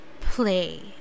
play